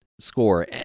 score